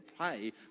pay